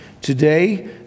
Today